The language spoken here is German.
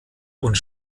und